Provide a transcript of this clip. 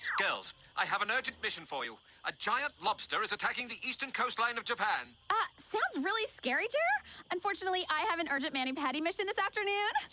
girls i have an urgent mission for you a giant lobster is attacking the eastern coastline of japan aah, so what's really scary here unfortunately? i have an urgent mani-pedi mission this afternoon,